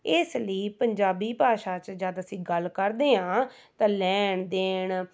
ਇਸ ਲਈ ਪੰਜਾਬੀ ਭਾਸ਼ਾ 'ਚ ਜਦ ਅਸੀਂ ਗੱਲ ਕਰਦੇ ਹਾਂ ਤਾਂ ਲੈਣ ਦੈਣ